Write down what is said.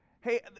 Hey